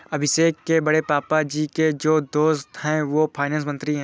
अभिषेक के बड़े पापा जी के जो दोस्त है वो फाइनेंस मंत्री है